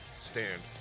Stand